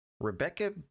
Rebecca